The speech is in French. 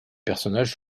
personnages